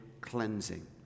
cleansing